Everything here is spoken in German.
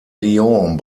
lyon